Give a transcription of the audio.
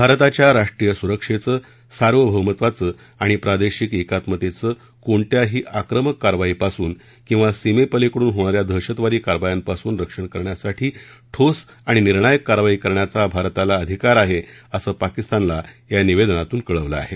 भारताच्या राष्ट्रीय सुरक्षेचं सार्वभौमत्वाचं आणि प्रादेशिक एकात्मतेचं कोणत्याही आक्रमक कारवाईपासून किंवा सीमेपलीकडून होणाऱ्या दहशतवादी कारवायांपासून रक्षण करण्यासाठी ठोस आणि निर्णायक कारवाई करण्याचा भारताला अधिकार आहे असं पाकिस्तानला या निवेदनातून कळवलं आहे